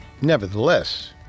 Nevertheless